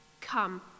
Come